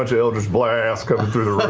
ah eldritch blasts coming through the roof.